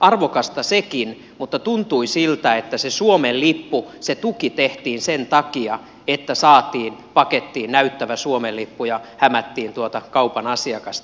arvokasta sekin mutta tuntui siltä että se tuki tehtiin sen takia että saatiin pakettiin näyttävä suomen lippu ja hämättiin tuota kaupan asiakasta